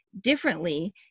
differently